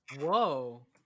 whoa